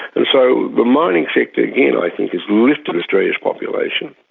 and so the mining sector again i think has lifted australia's population,